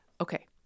Okay